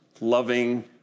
loving